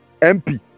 MP